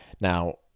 Now